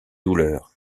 douleur